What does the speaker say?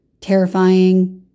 terrifying